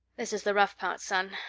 this is the rough part, son.